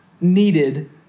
needed